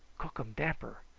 cookum damper.